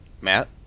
Matt